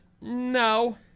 no